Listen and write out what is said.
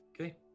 Okay